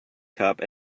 cup